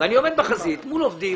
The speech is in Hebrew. ואני עומד בחזית מול עובדים,